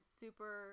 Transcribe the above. super –